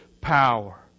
power